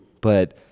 But-